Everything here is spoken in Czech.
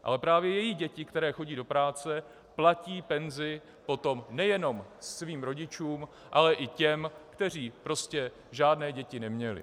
Ale právě její děti, které chodí do práce, platí penzi potom nejenom svým rodičům, ale i těm, kteří žádné děti neměli.